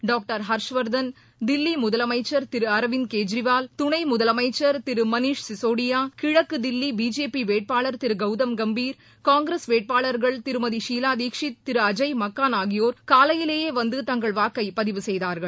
doctor Harsh Vardhan Delhi முதலமைச்சர் திரு அர்விந்த் கெஜ்ரிவால் துணை முதலமைச்சர் திரு மணிஷ் சிசோடியா கிழக்கு தில்லி பிஜேபி வேட்பாளர் திரு கௌதம் காம்பீர் கள்ங்கிரஸ் வேட்பாளர்கள் திருமதி ஷீவா தீட்ஷித் திரு அஜய் மக்கான் ஆகியோர் காலையிலேயே வந்து தங்கள் வாக்கை பதிவு செய்தார்கள்